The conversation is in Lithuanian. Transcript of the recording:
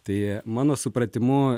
tai mano supratimu